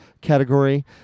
category